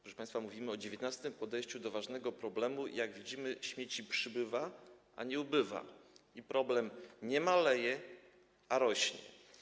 Proszę państwa, mówimy o 19. podejściu do ważnego problemu i, jak widzimy, śmieci przybywa, a nie ubywa, a problem nie maleje, lecz rośnie.